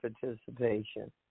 participation